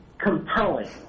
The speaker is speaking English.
compelling